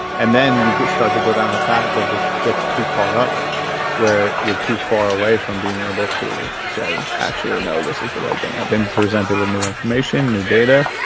and then you start to go down a path that just gets too caught up where you're too far away from being able to say, actually, no, this is the right thing. i've been presented with new information, new data,